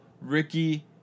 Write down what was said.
Ricky